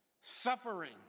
suffering